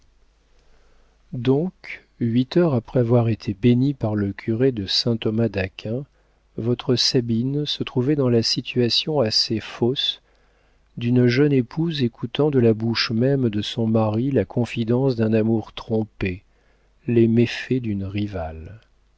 donc huit heures après avoir été bénis par le curé de saint-thomas-d'aquin votre sabine se trouvait dans la situation assez fausse d'une jeune épouse écoutant de la bouche même de son mari la confidence d'un amour trompé les méfaits d'une rivale